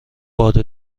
باد